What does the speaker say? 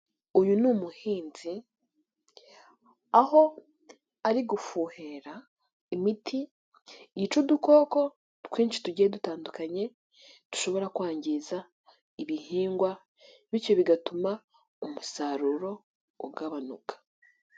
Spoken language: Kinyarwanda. Uyu ni umuhinzi. Aho ari gufuhera, imiti yica udukoko, twinshi tugiye dutandukanye. Dushobora kwangiza ibihingwa, bityo bigatuma umusaruro ugabanuka.